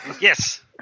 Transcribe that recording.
Yes